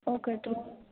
okay તો